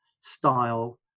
style